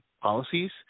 policies